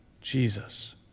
Jesus